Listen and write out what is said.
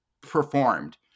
performed